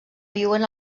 viuen